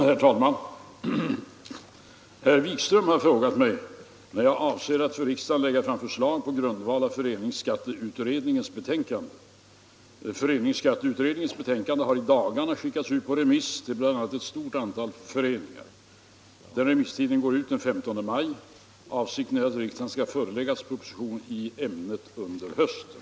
Herr talman! Herr Wikström har frågat mig när jag avser att för riksdagen lägga fram förslag på grundval av föreningsskatteutredningens betänkande. Föreningsskatteutredningens betänkande har i dagarna skickats ut på remiss till bl.a. ett stort antal föreningar. Remisstiden går ut den 15 maj. Avsikten är att riksdagen skall föreläggas proposition i ämnet under hösten.